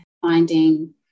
finding